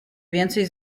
więcej